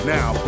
Now